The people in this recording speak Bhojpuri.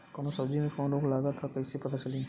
कौनो सब्ज़ी में कवन रोग लागल ह कईसे पता चली?